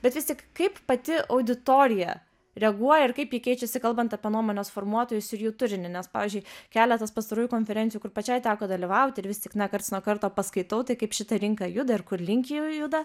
bet vis tik kaip pati auditorija reaguoja ir kaip ji keičiasi kalbant apie nuomonės formuotojus ir jų turinį nes pavyzdžiui keletas pastarųjų konferencijų kur pačiai teko dalyvauti ir vis tik na karts nuo karto paskaitau tai kaip šita rinka juda ir kurlink ji juda